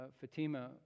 Fatima